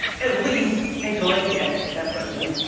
at least until they get that person